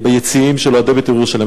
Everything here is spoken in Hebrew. וביציעים של אוהדי "בית"ר ירושלים".